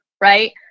right